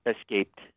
escaped